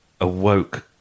awoke